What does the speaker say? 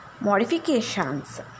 modifications